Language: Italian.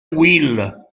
will